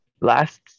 last